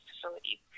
facility